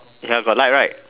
ya got light right